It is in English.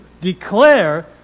declare